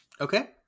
Okay